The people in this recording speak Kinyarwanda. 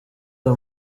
aya